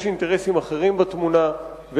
יש אינטרסים אחרים בתמונה,